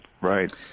Right